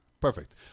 Perfect